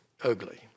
ugly